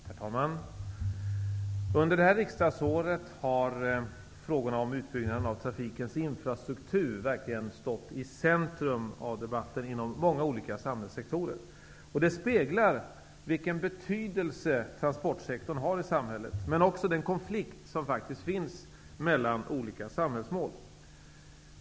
Herr talman! Under det här riksdagsåret har frågorna om utbyggnaden av trafikens infrastruktur verkligen stått i centrum av debatten inom många olika samhällssektorer. Det speglar vilken betydelse transportsektorn har i samhället, men också den konflikt som faktiskt finns mellan olika samhällsmål.